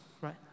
right